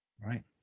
Right